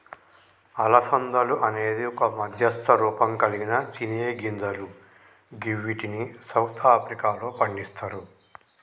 అలసందలు అనేది ఒక మధ్యస్థ రూపంకల్గిన తినేగింజలు గివ్విటిని సౌత్ ఆఫ్రికాలో పండిస్తరు